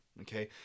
Okay